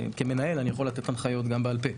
כמנהל, אני יכול לתת הנחיות גם בעל-פה.